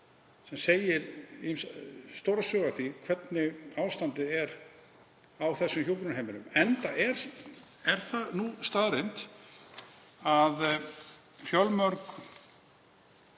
sem segir stóra sögu af því hvernig ástandið er á slíkum hjúkrunarheimilum, enda er það staðreynd að fjölmörg